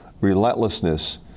relentlessness